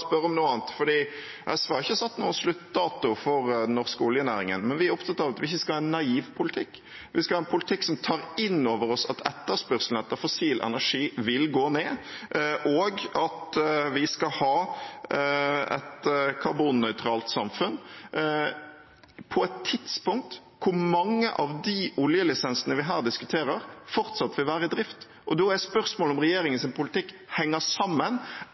om noe annet. SV har ikke satt noen sluttdato for norsk oljenæring, men vi er opptatt av at vi ikke skal ha en naiv politikk. Vi skal ha en politikk som tar inn over seg at etterspørselen etter fossil energi vil gå ned, og at vi skal ha et karbonnøytralt samfunn på et tidspunkt da mange av de oljelisensene vi her diskuterer, fortsatt vil være i drift. Da er spørsmålet om regjeringens politikk henger sammen,